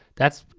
that's,